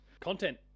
Content